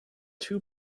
two